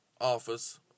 office